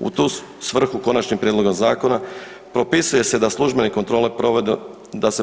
U tu svrhu konačnim prijedlogom zakona propisuje se da službene kontrole